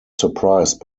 surprised